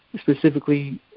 specifically